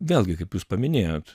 vėlgi kaip jūs paminėjot